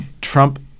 Trump